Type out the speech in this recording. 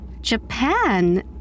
Japan